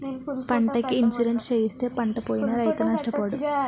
పంటకి ఇన్సూరెన్సు చేయిస్తే పంటపోయినా రైతు నష్టపోడు